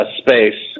space